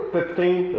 Fifteen